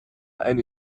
ein